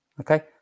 Okay